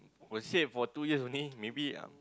will save for two years only maybe um